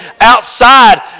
outside